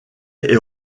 est